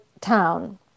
town